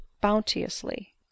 bounteously